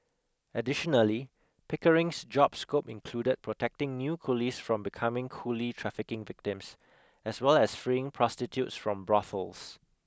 additionally Pickering's job scope included protecting new coolies from becoming coolie trafficking victims as well as freeing prostitutes from brothels